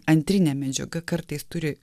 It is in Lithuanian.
antrinė medžiaga kartais turi